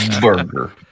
Burger